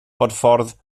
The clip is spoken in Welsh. bodffordd